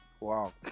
Wow